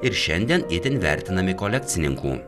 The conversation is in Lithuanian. ir šiandien itin vertinami kolekcininkų